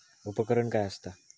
उपकरण काय असता?